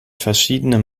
verschiedene